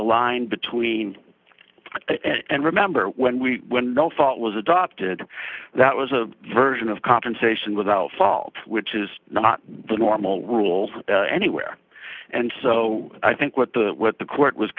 the line between it and remember when we thought it was adopted that was a version of compensation without fault which is not the normal rules anywhere and so i think what the what the court was